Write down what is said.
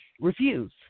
refuse